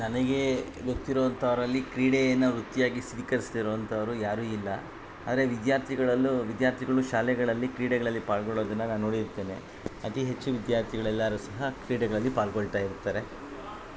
ನನಗೆ ಗೊತ್ತಿರುವಂಥವರಲ್ಲಿ ಕ್ರೀಡೆಯನ್ನು ವೃತ್ತಿಯಾಗಿ ಸ್ವೀಕರಿಸ್ದೇ ಇರುವಂಥವ್ರು ಯಾರು ಇಲ್ಲ ಆದರೆ ವಿದ್ಯಾರ್ಥಿಗಳಲ್ಲೂ ವಿದ್ಯಾರ್ಥಿಗಳು ಶಾಲೆಗಳಲ್ಲಿ ಕ್ರೀಡೆಗಳಲ್ಲಿ ಪಾಲ್ಗೊಳ್ಳುವುದನ್ನ ನಾನು ನೋಡಿರ್ತೇನೆ ಅತಿ ಹೆಚ್ಚು ವಿದ್ಯಾರ್ಥಿಗಳೆಲ್ಲರೂ ಸಹ ಕ್ರೀಡೆಗಳಲ್ಲಿ ಪಾಲ್ಗೊಳ್ತಾಯಿರುತ್ತಾರೆ